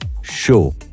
show